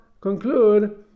conclude